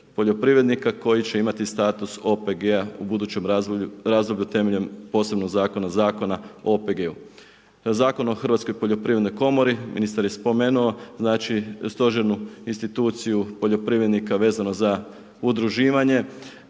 poljoprivrednika koji će imati status OPG-a u budućem razdoblju temeljem posebnog zakona, Zakona o OPG-u. Zakon o hrvatskoj poljoprivrednoj komori, ministar je spomenuo stožernu instituciju poljoprivrednika vezano za udruživanje